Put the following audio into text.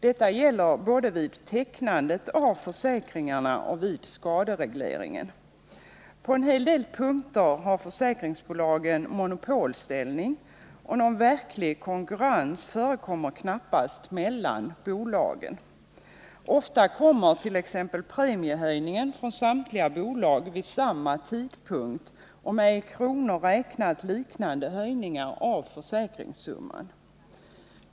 Detta gäller både vid tecknandet av försäkringarna och vid skaderegleringen. På en hel del punkter har försäkringsbolagen monopolställning, och någon verklig konkurrens förekommer knappast mellan bolagen. Ofta kommer t.ex. premiehöjningen från samtliga bolag vid samma tidpunkt och med i kronor räknat liknande höjningar av försäkringssumman.